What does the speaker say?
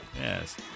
Yes